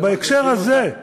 אבל בהקשר הזה,